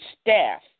staff